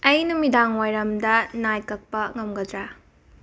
ꯑꯩ ꯅꯨꯃꯤꯗꯥꯡ ꯋꯥꯏꯔꯝꯗ ꯅꯥꯏ ꯀꯛꯄ ꯉꯝꯒꯗꯔ